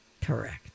Correct